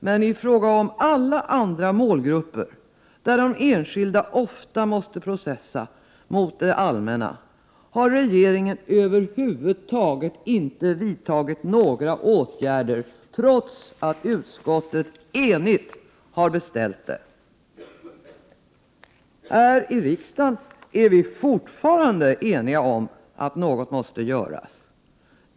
Men i fråga om alla andra målgrupper, där de enskilda ofta måste processa mot det allmänna, har regeringen över huvud taget inte vidtagit någon åtgärd, trots att utskottet enigt har beställt det! Här i riksdagen är vi fortfarande eniga om att någonting måste göras.